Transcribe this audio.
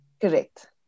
correct